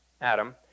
Adam